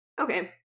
Okay